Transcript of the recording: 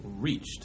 Reached